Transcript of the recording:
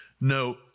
no